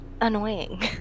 annoying